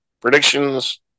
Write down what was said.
predictions